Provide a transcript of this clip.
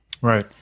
right